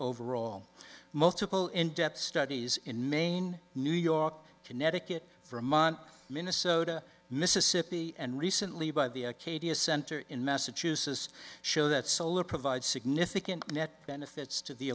overall multiple in depth studies in maine new york connecticut for amman minnesota mississippi and recently by the acadia center in massachusetts show that solar provide significant net benefits to the